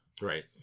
Right